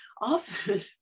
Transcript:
often